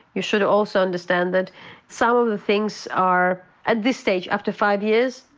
you should also understand that some of the things are at this stage, after five years,